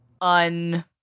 un